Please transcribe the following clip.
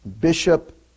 bishop